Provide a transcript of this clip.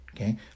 okay